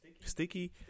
Sticky